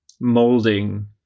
molding